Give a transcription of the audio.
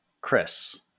Chris